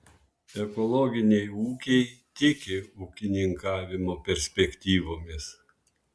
ekologiniai ūkiai tiki ūkininkavimo perspektyvomis